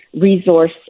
resource